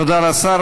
תודה לשר.